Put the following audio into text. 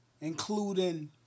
including